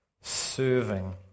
serving